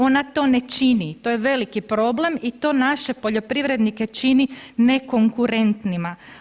Ona to ne čini, to je veliki problem i to naše poljoprivrednike čini nekonkurentnima.